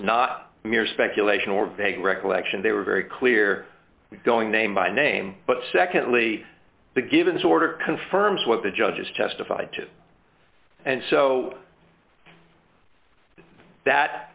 not mere speculation or vague recollection they were very clear going name by name but secondly the givens order confirms what the judges testified to and so that